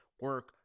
Work